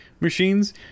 machines